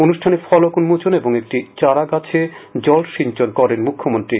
অনুষ্ঠানে ফলক উন্মোচন এবং একটি চারা গাছে জল সিঞ্চন করেন মৃথ্যমন্ত্রী